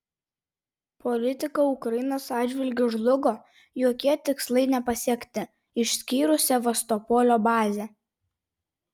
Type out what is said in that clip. politika ukrainos atžvilgiu žlugo jokie tikslai nepasiekti išskyrus sevastopolio bazę